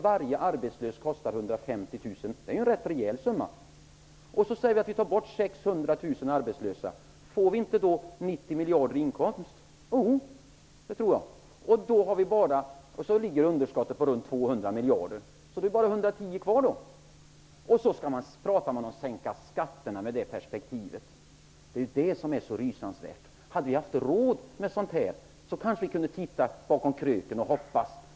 Varje arbetslös kostar 150 000 kronor; det är ju en rätt rejäl summa. Om vi tar bort 600 000 arbetslösa får vi väl 90 miljarder i inkomst? Underskottet ligger på 200 miljarder. Det är då bara 110 miljarder kvar. Med det perspektivet talar ni om att sänka skatterna. Det är det som är så rysligt. Om vi hade haft råd med detta hade vi kanske kunnat titta bakom kröken och hoppas.